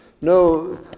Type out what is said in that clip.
No